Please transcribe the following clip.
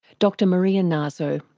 dr maria naso.